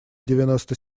девяносто